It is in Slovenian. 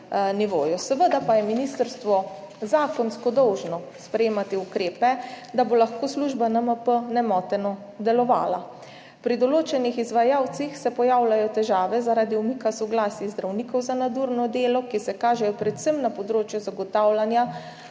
Seveda pa je ministrstvo zakonsko dolžno sprejemati ukrepe, da bo lahko služba NMP nemoteno delovala. Pri določenih izvajalcih se pojavljajo težave zaradi umika soglasij zdravnikov za nadurno delo, ki se kažejo predvsem na področju zagotavljanja